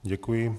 Děkuji.